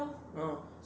orh